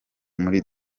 muri